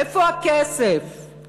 איפה הכסף?